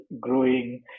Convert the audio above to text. growing